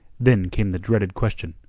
then came the dreaded question.